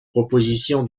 proposition